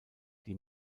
die